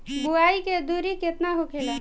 बुआई के दूरी केतना होखेला?